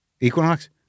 Equinox